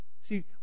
See